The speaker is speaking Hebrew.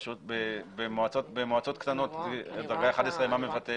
במועצות קטנות עד 15,000 תושבים מה מבטאת